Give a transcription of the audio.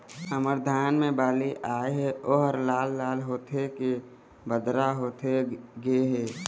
हमर धान मे बाली आए हे ओहर लाल लाल होथे के बदरा होथे गे हे?